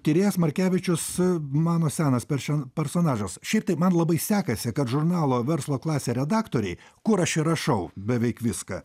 tyrėjas markevičius mano senas perša personažas šitai man labai sekasi kad žurnalo verslo klasė redaktoriai kur aš rašau beveik viską